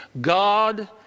God